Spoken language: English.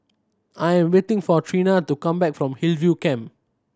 I'm waiting for Trena to come back from Hillview Camp